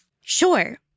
Sure